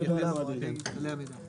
ועוד הערה - הסעיף הזה מאוד מורכב.